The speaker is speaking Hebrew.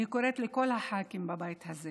אני קוראת לכל הח"כים בבית הזה